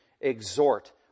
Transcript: exhort